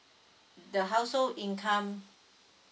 the household income